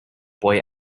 boy